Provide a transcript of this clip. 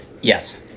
Yes